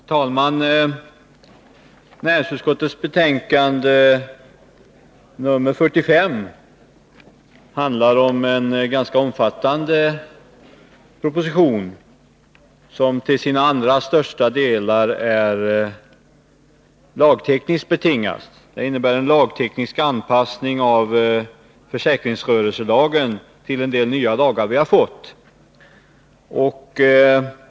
Herr talman! I näringsutskottets betänkande 45 behandlas en ganska omfattande proposition som till sina allra största delar är lagtekniskt betingad. Det innebär en lagteknisk anpassning av försäkringsrörelselagen till en del nya lagar som vi har fått.